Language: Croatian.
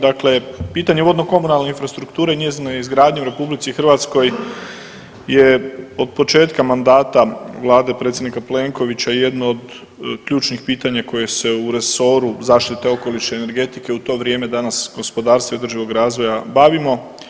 Dakle pitanje vodno-komunalne infrastrukture i njezine izgradnje u RH je od početka mandata Vlade predsjednika Plenkovića jedno od ključnih pitanja koje se u resoru zaštite okoliša i energetike u to vrijeme, danas gospodarstvo i održivog razvoja bavimo.